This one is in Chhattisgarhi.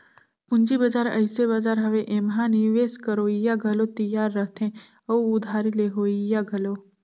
पंूजी बजार अइसे बजार हवे एम्हां निवेस करोइया घलो तियार रहथें अउ उधारी लेहोइया घलो